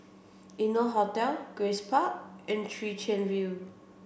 Innotel Hotel Grace Park and Chwee Chian View